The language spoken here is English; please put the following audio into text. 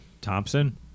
Thompson